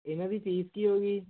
ਇਹਨਾਂ ਦੀ ਫੀਸ ਕੀ ਹੋ ਗਈ